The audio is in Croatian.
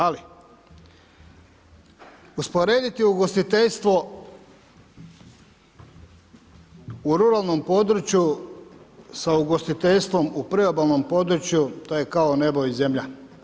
Ali, usporediti ugostiteljstvo u ruralnom području sa ugostiteljstvom u priobalnom području, to je kao nebo i zemlja.